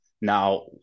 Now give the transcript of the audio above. now